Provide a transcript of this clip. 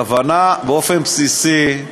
הכוונה, באופן בסיסי,